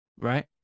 Right